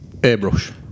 airbrush